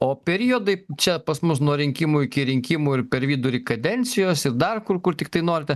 o periodai čia pas mus nuo rinkimų iki rinkimų ir per vidurį kadencijos ir dar kur kur tiktai norite